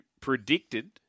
predicted